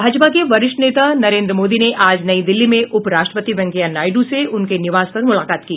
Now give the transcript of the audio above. भाजपा के वरिष्ठ नेता नरेन्द्र मोदी ने आज नई दिल्ली में उपराष्ट्रपति वेंकैया नायडू से उनके निवास पर मूलाकात की